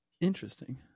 Interesting